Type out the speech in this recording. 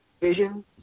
vision